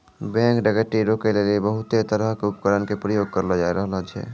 bank डकैती रोकै लेली बहुते तरहो के उपकरण के प्रयोग करलो जाय रहलो छै